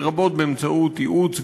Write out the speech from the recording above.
לרבות באמצעות ייעוץ,